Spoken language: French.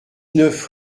neuf